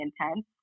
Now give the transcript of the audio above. intense